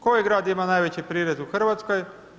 Koji grad ima najveći prirez u Hrvatskoj?